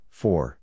four